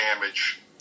damage